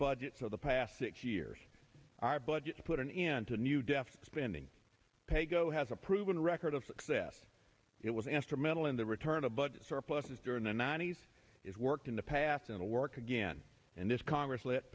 budgets of the past six years our budget put an end to new deficit spending paygo has a proven record of success it was instrumental in the return of budget surpluses during the ninety's it's worked in the past and to work again in this congress let